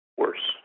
worse